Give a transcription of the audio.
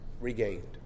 regained